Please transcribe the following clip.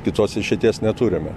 kitos išeities neturime